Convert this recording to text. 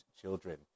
children